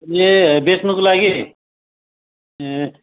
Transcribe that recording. ए बोच्नुको लागि ए